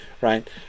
right